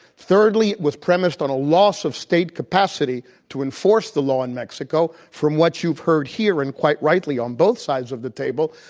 thirdly, it was premised on a loss of state capacity to enforce the law in mexico, from what you've heard here and quite rightly on both sides of the table,